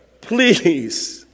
Please